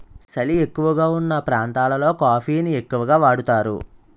సలి ఎక్కువగావున్న ప్రాంతాలలో కాఫీ ని ఎక్కువగా వాడుతారు